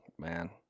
Man